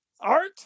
Art